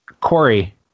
Corey